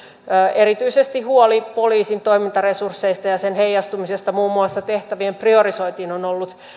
erityisesti huoli poliisin toimintaresursseista ja niiden heijastumisesta muun muassa tehtävien priorisointiin on ollut